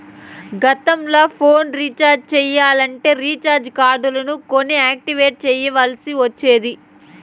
గతంల phone recharge చెయ్యాలంటే recharge కార్డులు కొని యాక్టివేట్ చెయ్యాల్ల్సి ఒచ్చేది